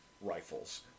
rifles